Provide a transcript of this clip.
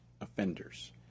offenders